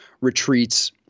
retreats